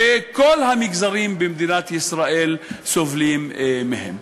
שכל המגזרים במדינת ישראל סובלים מהן.